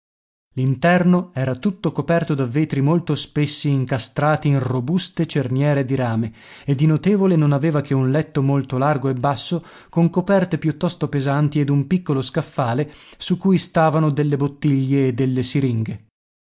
l'interno era tutto coperto da vetri molto spessi incastrati in robuste cerniere di rame e di notevole non aveva che un letto molto largo e basso con coperte piuttosto pesanti ed un piccolo scaffale su cui stavano delle bottiglie e delle siringhe